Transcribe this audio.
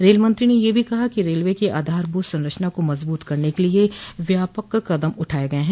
रेलमंत्री ने यह भी कहा कि रेलवे की आधारभूत संरचना को मजबूत करने के लिय व्यापक कदम उठाये गये हैं